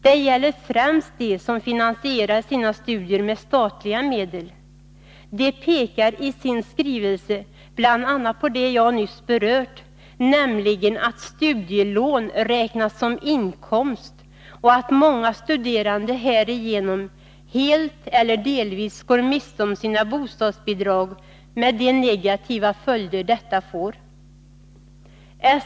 Det gäller främst dem som finansierar sina studier med statliga medel. De pekar i sin skrivelse bl.a. på det jag nyss berört, nämligen att studielån räknas som inkomst och att många studerande härigenom helt eller delvis går miste om sina bostadsbidrag, med de negativa följder detta får.